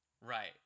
Right